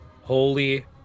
holy